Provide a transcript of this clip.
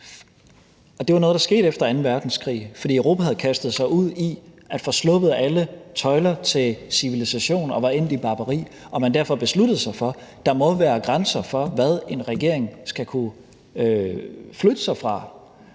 Det var noget, der skete efter anden verdenskrig, fordi Europa havde kastet sig ud i at få sluppet alle tøjler til civilisationen og var endt i barbari, og derfor besluttede man sig for, at der måtte være grænser for, hvad en regering skulle kunne flytte sig fra.